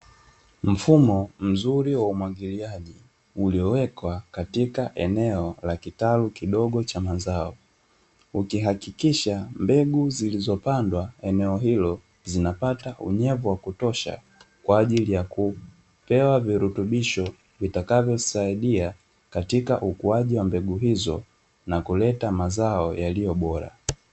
Mfumo mzuri wa umwagiliaji uliowekwa katika eneo la kitalu kidogo cha mazao ukihakikisha mbegu zilizopandwa eneo hilo zinapata unyevu wa kutosha. kwa ajili ya kupewa virutubisho vitakavyosaidia katika ukuaji wa mbegu hizo na kuleta mazao yaliyo bora.